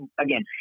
Again